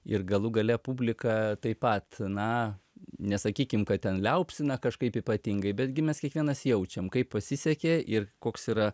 ir galų gale publika taip pat na nesakykim kad ten liaupsina kažkaip ypatingai betgi mes kiekvienas jaučiam kaip pasisekė ir koks yra